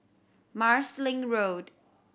Marsiling Road